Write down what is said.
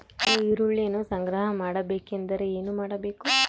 ನಾನು ಈರುಳ್ಳಿಯನ್ನು ಸಂಗ್ರಹ ಮಾಡಬೇಕೆಂದರೆ ಏನು ಮಾಡಬೇಕು?